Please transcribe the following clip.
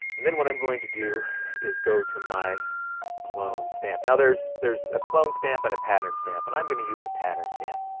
and then, what i'm going to do is go to my clone stamp. now, there's a ah clone stamp and a pattern stamp and i'm going to use the pattern stamp.